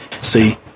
See